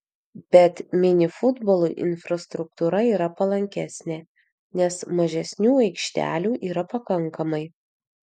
bet mini futbolui infrastruktūra yra palankesnė nes mažesniu aikštelių yra pakankamai